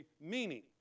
meaning